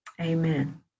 amen